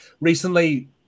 recently